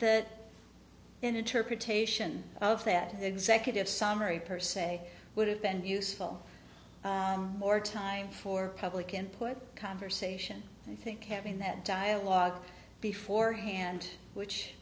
that interpretation of that executive summary per se would have been useful more time for public input conversation i think having that dialogue before hand which